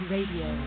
Radio